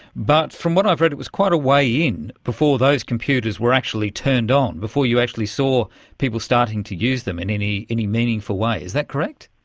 but from what i've read it was quite a way in before those computers were actually turned on, before you actually saw people starting to use them in any any meaningful way. is that correct?